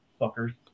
fuckers